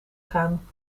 gaan